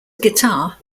guitar